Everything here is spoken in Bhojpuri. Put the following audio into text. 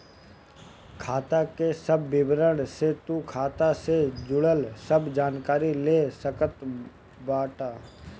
खाता के सब विवरण से तू खाता से जुड़ल सब जानकारी ले सकत बाटअ